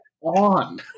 on